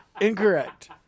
Incorrect